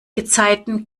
gezeiten